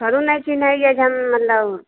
घरो नहि चिन्है हिए जे हम मतलब